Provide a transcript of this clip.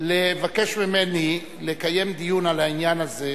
לבקש ממני לקיים דיון על העניין הזה,